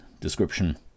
description